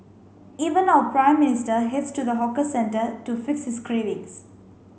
even our Prime Minister heads to the hawker centre to fix his cravings